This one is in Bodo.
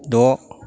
द'